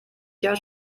jahr